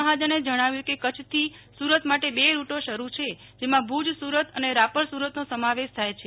મહાજને જણાવ્યું કે કચ્છથી સુરત માટે બે રૂટો શરૂ છે જેમાં ભુજ સુરત અને રાપર સુરતનો સમાવેશ થાય છે